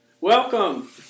Welcome